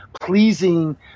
pleasing